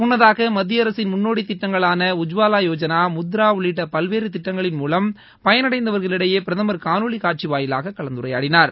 முன்னதாக மத்திய அரசின் முன்னோடி திட்டங்களான உஜ்வாலா யோஜ்னா முத்ரா உள்ளிட்ட பல்வேறு திட்டங்களின் மூலம் பயனடைந்தவர்களிடையே பிரதமர் காணொலி காட்சி வாயிலாக கலந்துரையாடினார்